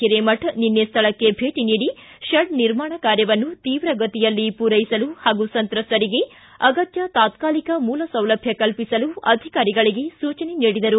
ಹಿರೇಮಠ ನಿನ್ನೆ ಸ್ಥಳಕ್ಕೆ ಭೇಟ ನೀಡಿ ಶೆಡ್ ನಿರ್ಮಾಣ ಕಾರ್ಯವನ್ನು ತೀವ್ರಗತಿಯಲ್ಲಿ ಪೂರೈಸಲು ಹಾಗೂ ಸಂತ್ರಸ್ಥರಿಗೆ ಅಗತ್ಯ ತಾತ್ಕಾಲಿಕ ಮೂಲ ಸೌಲಭ್ಯ ಕಲ್ಪಿಸಲು ಅಧಿಕಾರಿಗಳಿಗೆ ಸೂಚನೆ ನೀಡಿದರು